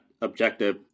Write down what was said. objective